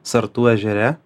sartų ežere